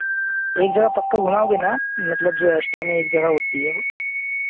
एक जगह पक्का घुमाओगे ना आप मतलब जो एक्स्ट्रा में एक जगह होती है वह